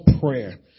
prayer